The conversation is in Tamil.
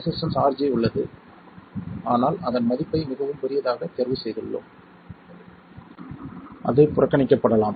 ரெசிஸ்டன்ஸ் RG உள்ளது ஆனால் அதன் மதிப்பை மிகவும் பெரியதாக தேர்வு செய்துள்ளோம் அது புறக்கணிக்கப்படலாம்